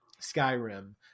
skyrim